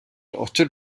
учир